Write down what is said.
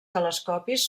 telescopis